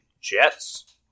Jets